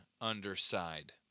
underside